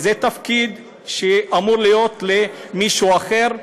שזה תפקיד שאמור להיות של מישהו אחר,